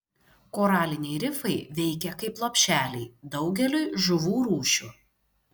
koraliniai rifai veikia kaip lopšeliai daugeliui žuvų rūšių